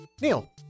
Neil